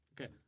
Okay